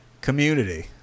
Community